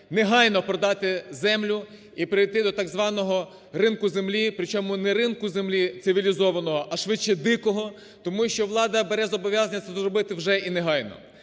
негайно продати землю і перейти до так званого ринку землі, причому не ринку землі цивілізованого, а, швидше, дикого, тому що влада бере зобов'язання зробити вже і негайно.